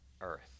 earth